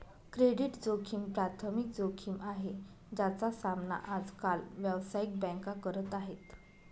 credit जोखिम प्राथमिक जोखिम आहे, ज्याचा सामना आज काल व्यावसायिक बँका करत आहेत